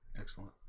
Excellent